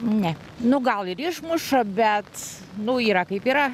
ne nu gal ir išmuša bet nu yra kaip yra